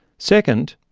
second,